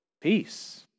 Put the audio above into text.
Peace